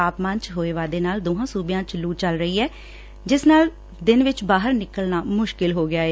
ਤਾਪਮਾਨ ਚ ਹੋਏ ਵਾਧੇ ਨਾਲ ਦੋਹਾਂ ਸੂਬਿਆਂ ਚ ਲੂ ਚਲ ਰਹੀ ਐ ਜਿਸ ਨਾਲ ਦਿਨ ਚ ਬਾਹਰ ਨਿਕਲਣਾ ਮੁਸ਼ਕਿਲ ਹੋ ਗਿਆ ਏ